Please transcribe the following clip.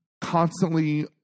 constantly